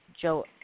Joe